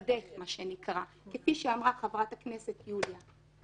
מה שנקרא, כפי שאמרה חברת הכנסת יוליה.